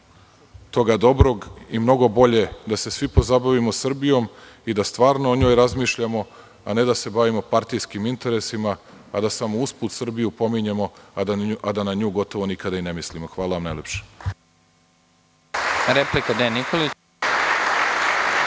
toga dobrog i mnogo bolje da se svi pozabavimo Srbijom i da stvarno o njoj razmišljamo, a ne da se bavimo partijskim interesima, pa da samo usput Srbiju pominjemo, a da na nju gotovo nikada i ne mislimo. Hvala vam najlepše. **Nebojša Stefanović**